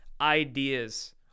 ideas